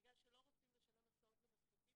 בגלל שלא רוצים לשלם הסעות למרחקים,